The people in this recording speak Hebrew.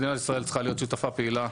מדינת ישראל צריכה להיות שותפה פעילה